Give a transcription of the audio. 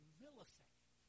millisecond